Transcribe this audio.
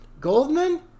Goldman